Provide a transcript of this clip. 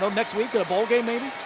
so next week in a bowl game maybe.